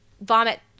vomit